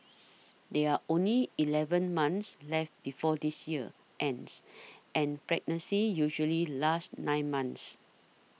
there only eleven months left before this year ends and pregnancy usually lasts nine months